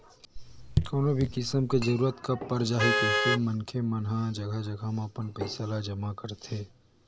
कोनो भी किसम के जरूरत कब पर जाही कहिके मनखे मन ह जघा जघा म अपन पइसा ल जमा करथे